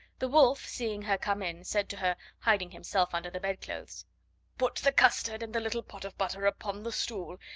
the wolf, seeing her come in, said to her, hiding himself under the bed-clothes put the custard and the little pot of butter upon the stool,